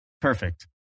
Perfect